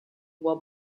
were